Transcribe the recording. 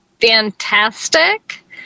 fantastic